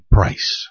Price